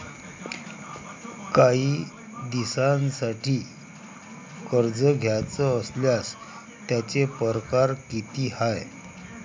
कायी दिसांसाठी कर्ज घ्याचं असल्यास त्यायचे परकार किती हाय?